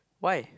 why